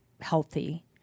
healthy